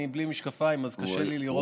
אני בלי משקפיים אז קשה לי לראות.